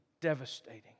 devastating